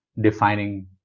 defining